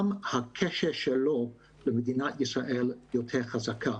גם הקשר שלו למדינת ישראל יותר חזק.